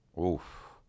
Oof